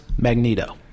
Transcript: Magneto